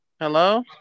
Hello